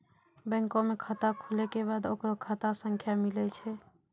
बैंको मे खाता खुलै के बाद ओकरो खाता संख्या मिलै छै